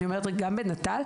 אני אומרת גם בנט"ל.